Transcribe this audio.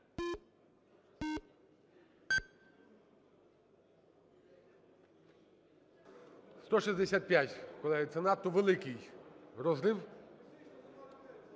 165, колеги, це надто великий розрив.